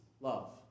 love